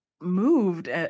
moved